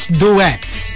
duets